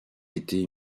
été